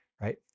right